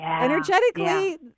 energetically